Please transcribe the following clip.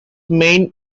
main